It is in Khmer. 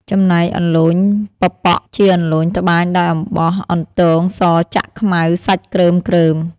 ចំណែកអន្លូញប៉ប៉ក ជាអន្លូញត្បាញដោយអំបោះអន្ទងសចាក់ខ្មៅសាច់គ្រើមៗ។